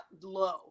low